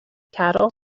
cattle